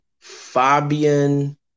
Fabian